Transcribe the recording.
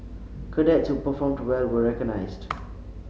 cadets who performed well were recognised